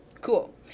Cool